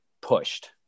pushed